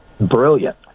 brilliant